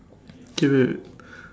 K wait wait